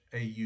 au